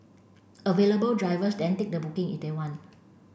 available drivers then take the booking if they want